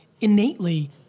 innately